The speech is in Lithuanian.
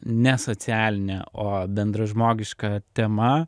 ne socialinė o bendražmogiška tema